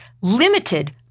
limited